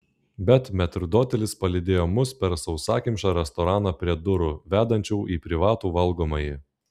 bet metrdotelis palydėjo mus per sausakimšą restoraną prie durų vedančių į privatų valgomąjį